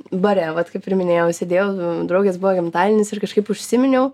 bare vat kaip ir minėjau sėdėjau draugės buvo gimtadienis ir kažkaip užsiminiau